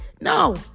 No